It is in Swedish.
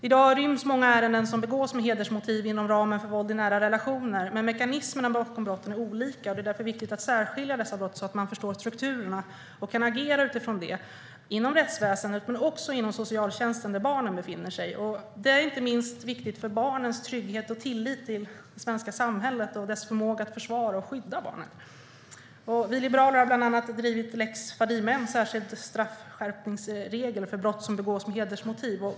I dag ryms många brott som begås med hedersmotiv inom ramen för våld i nära relationer, men mekanismerna bakom brotten är olika, och det är därför viktigt att särskilja dessa brott, så att man förstår strukturerna och kan agera utifrån det - inom rättsväsendet, men också inom socialtjänsten, där barnen befinner sig. Det är inte minst viktigt för barnens trygghet och tillit till det svenska samhället och dess förmåga att försvara och skydda dem. Vi liberaler har bland annat drivit frågan om lex Fadime, en särskild straffskärpningsregel för brott som begås med hedersmotiv.